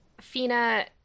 Fina